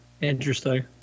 Interesting